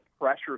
pressure's